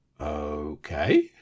Okay